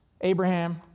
Abraham